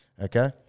okay